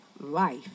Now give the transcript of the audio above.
life